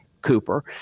cooper